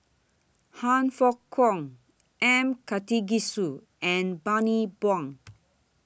Han Fook Kwang M Karthigesu and Bani Buang